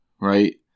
right –